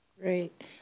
great